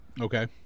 Okay